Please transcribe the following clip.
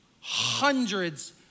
hundreds